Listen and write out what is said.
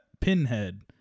Pinhead